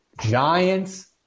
Giants